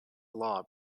law